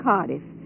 Cardiff